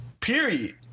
period